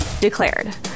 declared